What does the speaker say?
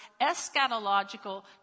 eschatological